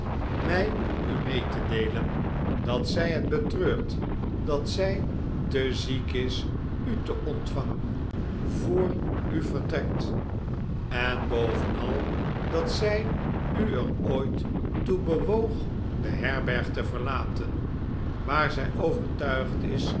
mij u mee te deelen dat zij het betreurt dat zij te ziek is u te ontvangen voor u vertrekt en bovenal dat zij u er ooit toe bewoog de herberg te verlaten waar zij overtuigd is